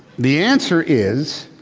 the answer is